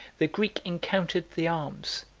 the greek encountered the arms,